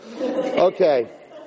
Okay